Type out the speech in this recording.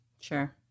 Sure